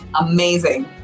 Amazing